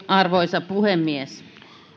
arvoisa puhemies